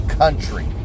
country